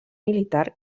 militar